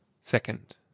SECOND